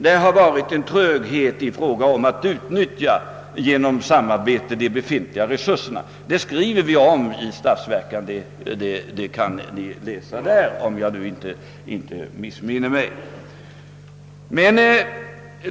Det har förelegat en tröghet i fråga om att genom samarbete utnyttja de befintliga resurserna.